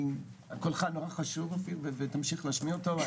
קולך חשוב מאוד, מופיד, ותמשיך להשמיע אותו.